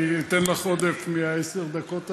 אני אתן לך עודף מעשר הדקות הללו.